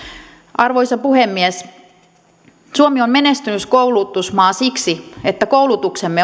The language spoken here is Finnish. arvoisa puhemies suomi on menestynyt koulutusmaa siksi että koulutuksemme